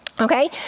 Okay